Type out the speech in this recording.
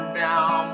down